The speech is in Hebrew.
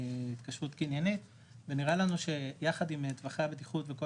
התקשרות קניינית ונראה לנו שיחד עם טווחי הבטיחות וכל